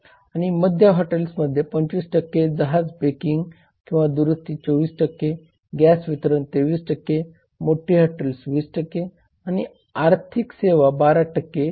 यामध्ये सुरक्षा माहिती निवड प्रतिनिधित्व निवारण आणि ग्राहक शिक्षण यांचा समावेश आहे